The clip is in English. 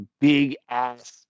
big-ass